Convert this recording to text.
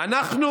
אנחנו